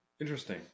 Interesting